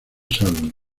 sal